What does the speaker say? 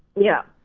yeah.